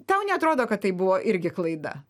tau neatrodo kad tai buvo irgi klaida